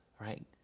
right